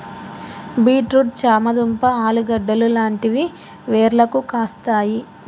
beet root చామ దుంప ఆలుగడ్డలు లాంటివి వేర్లకు కాస్తాయి